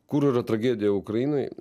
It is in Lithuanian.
kur yra tragedija ukrainai